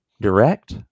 direct